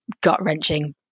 gut-wrenching